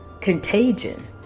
contagion